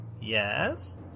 Yes